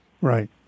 Right